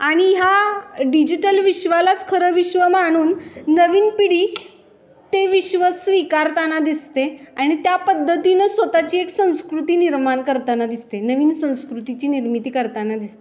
आणि हा डिजिटल विश्वालाच खरं विश्व माणून नवीन पिढी ते विश्व स्वीकारताना दिसते आणि त्या पद्धतीनं स्वतःची एक संस्कृती निर्माण करताना दिसते नवीन संस्कृतीची निर्मिती करताना दिसते